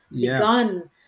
begun